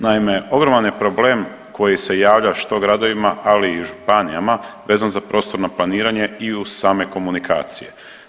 Naime, ogroman je problem koji se javlja što gradovima, ali i županijama vezan za prostorno planiranje i uz same komunikacije.